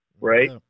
right